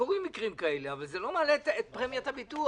קורים מקרים כאלה אבל זה לא מעלה את פרמיית הביטוח.